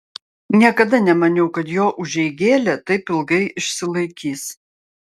niekada nemaniau kad jo užeigėlė taip ilgai išsilaikys